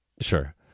Sure